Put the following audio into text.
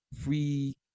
free